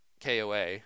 KOA